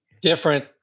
different